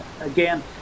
Again